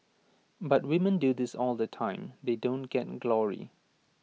but women do this all the time they don't get glory